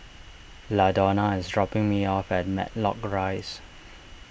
Ladonna is dropping me off at Matlock Rise